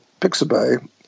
pixabay